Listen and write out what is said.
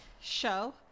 show